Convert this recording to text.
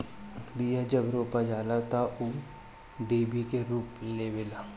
बिया जब रोपा जाला तअ ऊ डिभि के रूप लेवेला